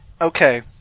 Okay